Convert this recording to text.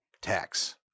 tax